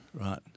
Right